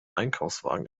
einkaufswagen